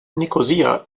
nikosia